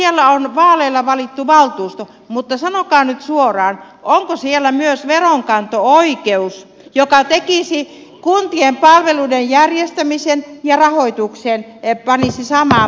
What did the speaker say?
siellä on vaaleilla valittu valtuusto mutta sanokaa nyt suoraan onko siellä myös veronkanto oikeus joka kuntien palveluiden järjestämisen ja rahoituksen panisi samaan pussiin